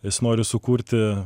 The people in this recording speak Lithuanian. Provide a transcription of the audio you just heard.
jis nori sukurti